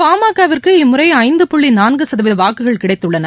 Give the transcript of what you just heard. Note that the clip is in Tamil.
பாமகவிற்கு இம்முறை ஐந்து புள்ளி நான்கு சதவீத வாக்குகள் கிடைத்துள்ளன